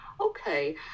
Okay